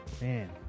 Man